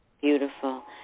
Beautiful